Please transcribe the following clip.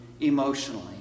emotionally